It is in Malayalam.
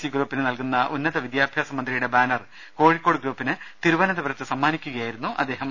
സി ഗ്രൂപ്പിന് നൽകുന്ന ഉന്നത വിദ്യാഭ്യാസ മന്ത്രി യുടെ ബാനർ കോഴിക്കോട് ഗ്രൂപ്പിന് തിരുവനന്തപുരത്ത് സമ്മാനി ക്കുകയായിരുന്നു അദ്ദേഹം